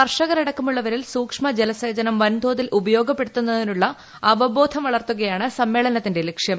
കർഷകരടക്കമുള്ളവരിൽ സൂക്ഷ്മ ജലസേചനം വൻതോതിൽ ഉപയോഗപ്പെടുത്തുന്നതിനുള്ള അവബോധം വളർത്തുകയാണ് സമ്മേളനത്തിന്റെ ലക്ഷ്യം